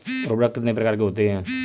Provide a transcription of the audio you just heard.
उर्वरक कितने प्रकार के होते हैं?